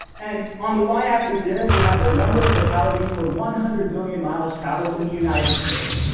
and on the y axis here we have the number of fatalities per one hundred million miles traveled in the united states.